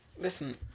Listen